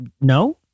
No